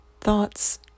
thoughts